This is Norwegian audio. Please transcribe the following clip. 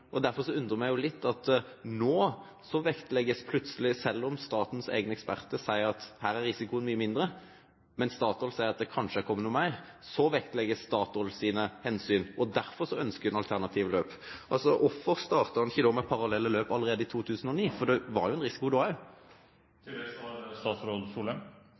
Derfor undrer jeg meg litt over at selv om statens egne eksperter sier at her er risikoen mye mindre, mens Statoil sier at det kanskje er kommet noe mer, vektlegges plutselig Statoils hensyn, og derfor ønsker en alternative løp. Hvorfor startet en ikke med parallelle løp allerede i 2009, for det var jo en risiko da